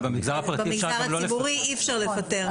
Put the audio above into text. במגזר הציבורי אי אפשר לפטר.